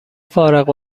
فارغ